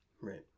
Right